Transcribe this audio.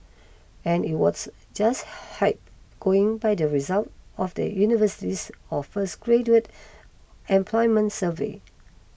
and it whats just hype going by the result of the university's of first graduate employment survey